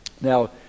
Now